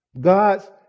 God's